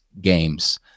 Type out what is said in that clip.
games